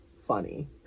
funny